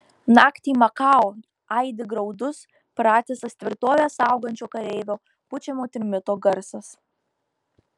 naktį makao aidi graudus pratisas tvirtovę saugančio kareivio pučiamo trimito garsas